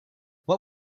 what